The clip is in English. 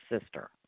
sister